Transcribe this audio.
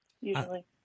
usually